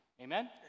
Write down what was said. Amen